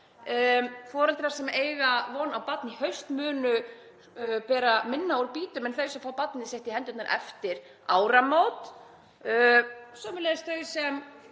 Foreldrar sem eiga von á barni í haust munu bera minna úr býtum en þau sem fá barnið sitt í hendurnar eftir áramót. Sömuleiðis munu þau sem